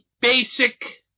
basic